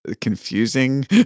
confusing